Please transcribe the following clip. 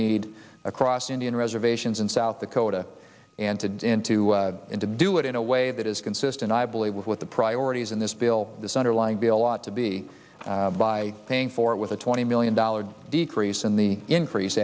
need across indian reservations in south dakota and to into into do it in a way that is consistent i believe with what the priorities in this bill this underlying bill ought to be by paying for it with a twenty million dollars decrease in the increase